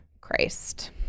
christ